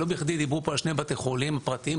לא בכדי דיברו פה על שני בתי חולים פרטיים,